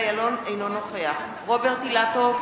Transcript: אינו נוכח רוברט אילטוב,